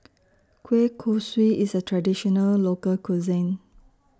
Kueh Kosui IS A Traditional Local Cuisine